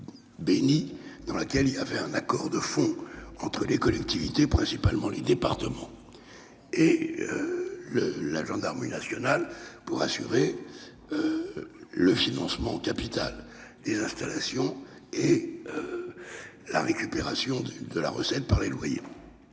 bénie -où il y avait un accord de fond entre les collectivités, principalement les départements, et la gendarmerie nationale, pour assurer le financement en capital des installations et la récupération de ces investissements sous